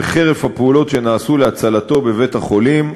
וחרף הפעולות שנעשו להצלתו בבית-החולים,